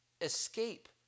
escape